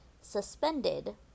suspended